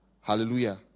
Hallelujah